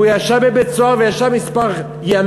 והוא ישב בבית-סוהר כמה ימים.